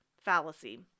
fallacy